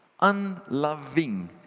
unloving